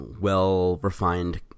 well-refined